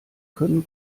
können